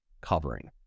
covering